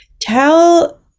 tell